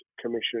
Commission